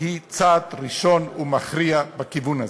היא צעד ראשון ומכריע בכיוון הזה.